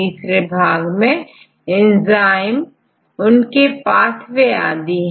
तीसरे भाग में एंजाइम उनके पाथवे आदि है